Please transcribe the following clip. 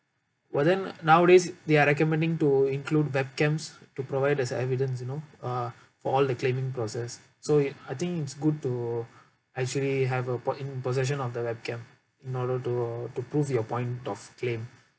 but then nowadays they are recommending to include webcams to provide as evidence you know uh for all the claiming process so I think it's good to actually have a po~ in possession of the webcam in order to to prove you point of claim